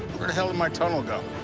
where the hell did my tunnel go?